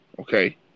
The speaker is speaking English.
Okay